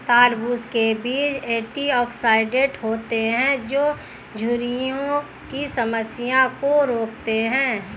तरबूज़ के बीज एंटीऑक्सीडेंट होते है जो झुर्रियों की समस्या को रोकते है